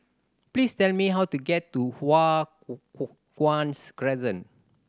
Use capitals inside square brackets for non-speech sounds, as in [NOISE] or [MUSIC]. please tell me how to get to Hua [HESITATION] Guan Crescent